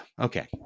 Okay